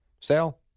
sale